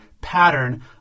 pattern